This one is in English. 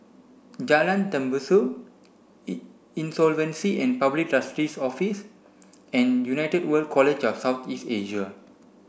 Jalan Tembusu Insolvency and Public Trustee's Office and United World College of South East Asia